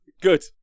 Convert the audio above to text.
Good